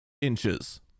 inches